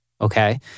Okay